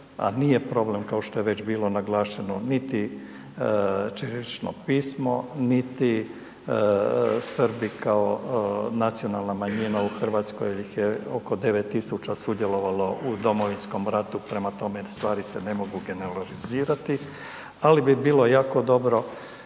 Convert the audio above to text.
a nije problem kao što je već bilo naglašeno, niti ćirilično pismo, niti Srbi kao nacionalna manjina u RH jer ih je oko 9000 sudjelovalo u Domovinskom ratu, prema tome stvari se ne mogu generalizirati, ali bi bilo jako dobro